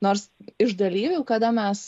nors iš dalyvių kada mes